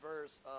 verse